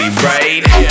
Right